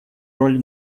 роль